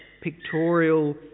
pictorial